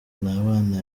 ntabana